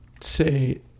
say